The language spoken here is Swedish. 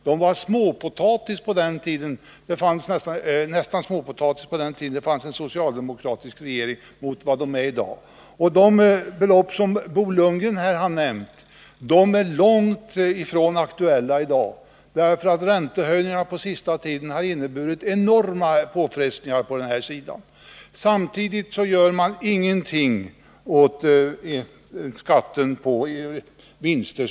De var under den socialdemokratiska regeringstiden nästan småpotatis i förhållande till vad de är i dag. De belopp Bo Lundgren nämner är långt ifrån aktuella i dag, eftersom den senaste tidens räntehöjningar har inneburit enorma påfrestningar i detta avseende. Ändå vidtar man samtidigt inga åtgärder när det gäller skatten på realisationsvinster.